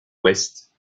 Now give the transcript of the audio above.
ouest